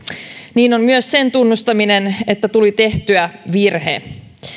niin on myös sen tunnustaminen että tuli tehtyä virhe